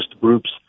groups